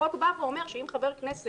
החוק אומר שאם חבר כנסת